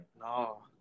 No